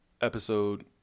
episode